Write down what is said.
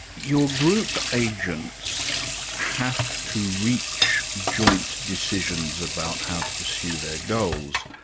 your group agents have to reach joint decisions about how to pursue their goals.